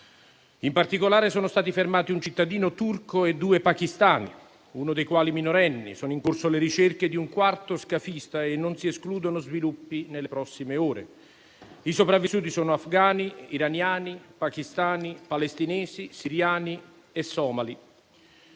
In particolare, sono stati fermati un cittadino turco e due pachistani, uno dei quali minorenne. Sono in corso le ricerche di un quarto scafista e non si escludono sviluppi nelle prossime ore. I sopravvissuti sono afghani, iraniani, pachistani, palestinesi, siriani e somali.